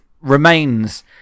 remains